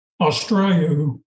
Australia